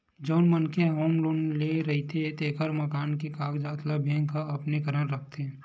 जउन मनखे ह होम लोन ले रहिथे तेखर मकान के कागजात ल बेंक ह अपने करन राखथे